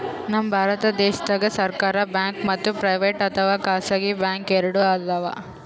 ನಮ್ ಭಾರತ ದೇಶದಾಗ್ ಸರ್ಕಾರ್ ಬ್ಯಾಂಕ್ ಮತ್ತ್ ಪ್ರೈವೇಟ್ ಅಥವಾ ಖಾಸಗಿ ಬ್ಯಾಂಕ್ ಎರಡು ಅದಾವ್